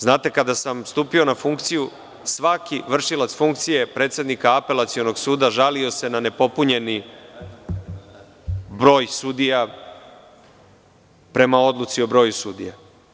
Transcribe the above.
Znate, kada sam stupio na funkciju, svaki vršilac funkcije predsednika Apelacionog suda žalio se na nepopunjeni broj sudija prema odluci o broju sudija.